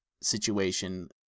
situation